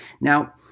Now